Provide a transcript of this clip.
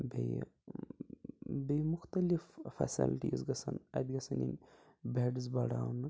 تہٕ بیٚیہِ بیٚیہِ مختلف فیسَلٹیٖز گژھیٚن اَتہِ گَژھیٚن یِنۍ بیٚڈٕس بَڑھاونہٕ